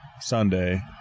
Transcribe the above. Sunday